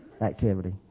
Activity